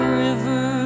river